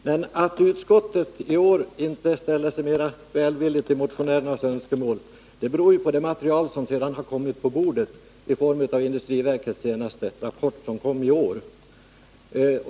Men att utskottet i år inte ställer sig välvilligare till motionärernas önskemål beror på det material som har kommit på bordet i form av industriverkets senaste rapport i år.